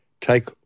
Take